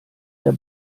der